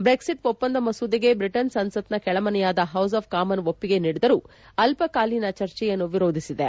Brexit ಒಪ್ಪಂದ ಮಸೂದೆಗೆ Britain ಸಂಸತ್ನ ಕೆಳಮನೆಯಾದ ಹೌಸ್ ಆಫ್ ಕಾಮನ್ ಒಪ್ಪಿಗೆ ನೀಡಿದರೂ ಅಲ್ಪಕಾಲೀನ ಚರ್ಚೆಯನ್ನು ವಿರೋಧಿಸಿದೆ